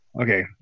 okay